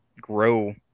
grow